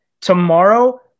Tomorrow